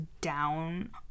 down